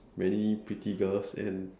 many pretty girls and